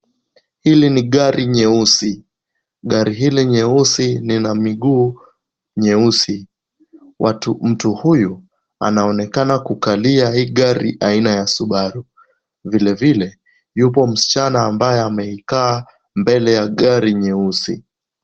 Hili ni gari nyeusi. Gari hili nyeusi lina miguu nyeusi. Mtu huyu anaonekana kukalia hii gari aina ya Subaru. Vile vile, yupo msichana ambaye amekaa mbele ya gari nyeusi.